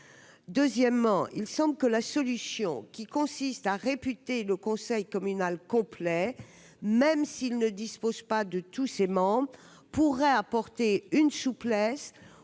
deuxièmement, il semble que la solution qui consiste à le conseil communal complet, même s'il ne dispose pas de tous ses membres, pourrait apporter une souplesse